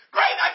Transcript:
Great